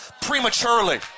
prematurely